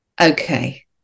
Okay